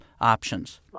options